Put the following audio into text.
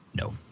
No